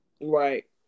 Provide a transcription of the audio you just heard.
right